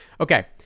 Okay